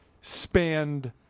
spanned